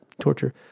torture